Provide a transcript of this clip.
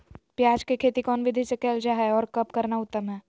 प्याज के खेती कौन विधि से कैल जा है, और कब करना उत्तम है?